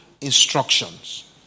instructions